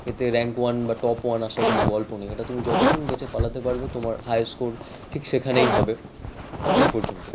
এতে rank one বা top one আসার কোনও গল্প নেই এটা তুমি যতক্ষণ বেঁচে পালাতে পারবে তোমার হায়েস্ট স্কোর ঠিক সেখানেই হবে এই পর্যন্তই